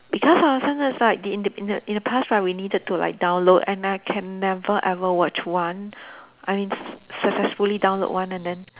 because hor sometimes right the in the in the in the past right we needed to like download and I can never ever watch one I mean s~ successfully download one and then